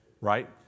Right